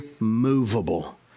immovable